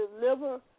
deliver